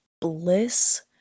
bliss